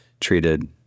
treated